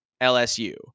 LSU